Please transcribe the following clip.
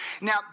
Now